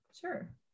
Sure